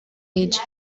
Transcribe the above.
age